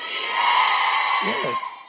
Yes